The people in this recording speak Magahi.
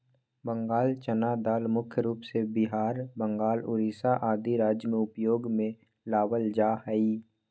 बंगाल चना दाल मुख्य रूप से बिहार, बंगाल, उड़ीसा आदि राज्य में उपयोग में लावल जा हई